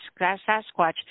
Sasquatch